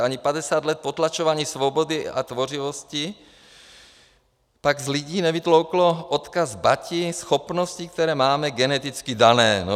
Ani padesát let potlačování svobody a tvořivosti tak z lidí nevytlouklo odkaz Bati, schopnosti, které máme geneticky dané.